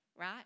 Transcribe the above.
Right